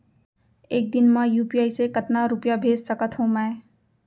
एक दिन म यू.पी.आई से कतना रुपिया भेज सकत हो मैं?